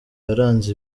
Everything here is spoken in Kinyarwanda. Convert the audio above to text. yaranze